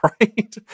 right